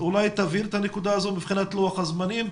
אולי תבהיר את הנקודה הזאת מבחינת לוח הזמנים.